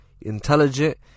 intelligent